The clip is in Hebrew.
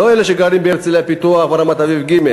לא אלה שגרים בהרצלייה-פיתוח וברמת-אביב ג'